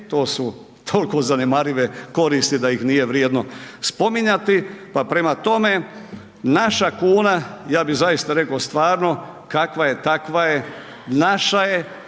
to su toliko zanemarive koristi da ih nije vrijedno spominjati pa prema tome, naša kuna, ja bi zaista rekao stvarno kakva je, takva je, naša je,